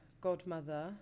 godmother